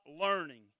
learning